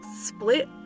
split